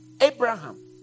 Abraham